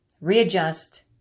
Readjust